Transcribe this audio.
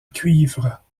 cuivre